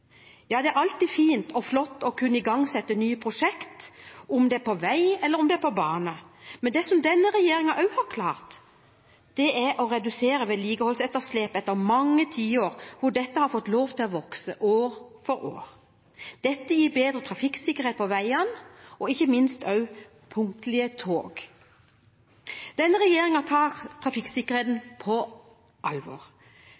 Ja, det er alltid fint og flott å kunne igangsette nye prosjekt om det er på vei eller bane, men det som denne regjeringen også har klart, det er å redusere vedlikeholdsetterslepet etter mange tiår hvor dette har fått lov til å vokse år for år. Dette gir bedre trafikksikkerhet på veiene og ikke minst punktlige tog. Denne regjeringen tar trafikksikkerhet på alvor.